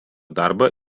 darbą